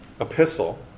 epistle